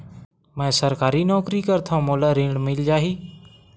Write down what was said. मै सरकारी नौकरी करथव मोला ऋण मिल जाही?